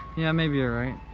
yeah, maybe you're right.